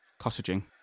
Cottaging